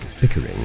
bickering